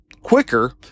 quicker